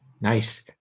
nice